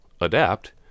adapt